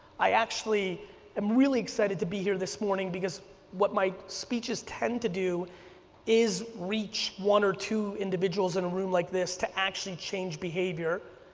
i actually am really excited to be here this morning because what my speeches tend to do is reach one or two individuals in a room like this to actually change behavior.